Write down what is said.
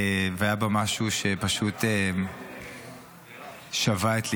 והיה בה משהו שפשוט שבה את ליבי,